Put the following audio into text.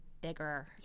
bigger